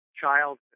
childhood